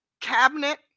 cabinet